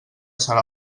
serà